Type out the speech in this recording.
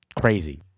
crazy